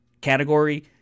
category